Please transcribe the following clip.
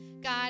God